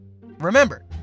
Remember